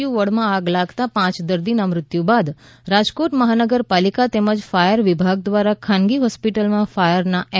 C વોર્ડમાં આગ લાગતાં પાંચ દર્દીનાં મૃત્યુ બાદ રાજકોટ મહાનગર પાલિકા તેમજ ફાયર વિભાગ દ્વારા ખાનગી હોસ્પિટલમાં ફાયરના એન